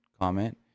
comment